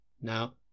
Now